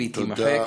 והיא תימחק.